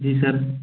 जी sir